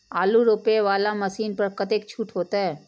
आलू रोपे वाला मशीन पर कतेक छूट होते?